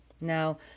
now